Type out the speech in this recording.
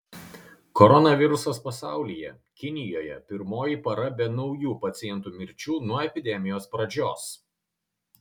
koronavirusas pasaulyje kinijoje pirmoji para be naujų pacientų mirčių nuo epidemijos pradžios